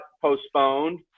postponed